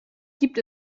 gibt